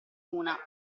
una